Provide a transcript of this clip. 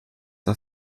der